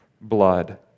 blood